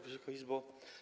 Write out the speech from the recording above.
Wysoka Izbo!